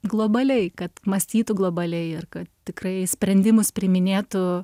globaliai kad mąstytų globaliai ir tikrai sprendimus priiminėtų